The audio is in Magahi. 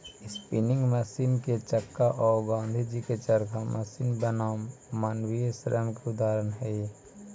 स्पीनिंग मशीन के चक्का औ गाँधीजी के चरखा मशीन बनाम मानवीय श्रम के उदाहरण हई